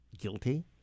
guilty